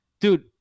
dude